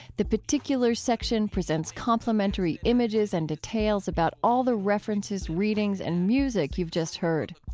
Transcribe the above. the particulars section presents complementary images and details about all the references, readings, and music you've just heard.